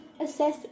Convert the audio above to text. Assess